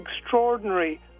extraordinary